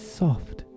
soft